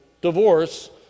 divorce